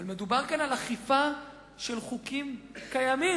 אבל מדובר כאן על אכיפה של חוקים קיימים,